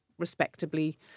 Respectably